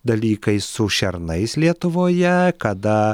dalykai su šernais lietuvoje kada